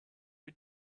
you